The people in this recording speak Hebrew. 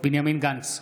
בנימין גנץ,